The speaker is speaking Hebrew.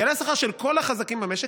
יעלה השכר של כל החזקים במשק,